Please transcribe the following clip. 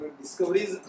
discoveries